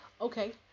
Okay